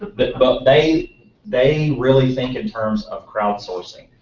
but but they they really think in terms of crowdsourcing.